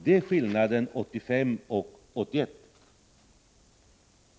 Detta är skillnaden mellan situationen 1985 och situationen 1981.